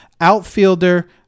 outfielder